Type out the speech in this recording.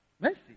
Mercy